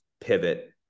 pivot